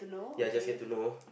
ya I just get to know